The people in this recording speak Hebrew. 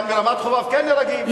אבל ברמת-חובב כן נהרגים.